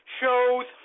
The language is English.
shows